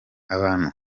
abantu